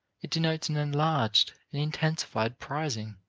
it denotes an enlarged, an intensified prizing,